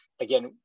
again